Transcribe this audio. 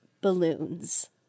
balloons